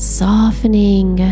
softening